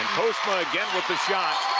and post mau again with the shot.